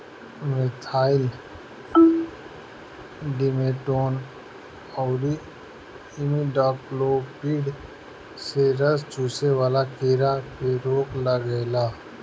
methyl demeton अउरी imidacloprid से रस चुसे वाला कीड़ा पे रोक लागेला